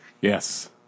Yes